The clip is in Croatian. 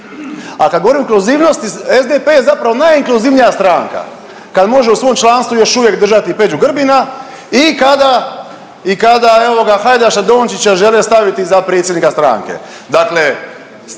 A kad govorim o inkluzivnosti SDP je zapravo najinkluzivnija stranka kad može u svom članstvu još uvijek držati Peđu Grbina i kada i kada evo ga Hajdaša Dončića žele staviti za predsjednika stranke. Dakle,